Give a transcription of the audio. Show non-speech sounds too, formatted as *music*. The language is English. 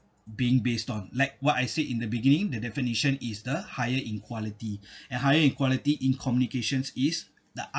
being based on like what I said in the beginning the definition is the higher in quality *breath* and higher quality in communications is the other